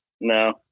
No